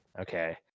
Okay